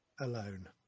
alone